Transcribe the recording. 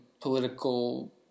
political